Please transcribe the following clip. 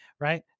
right